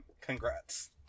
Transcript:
Congrats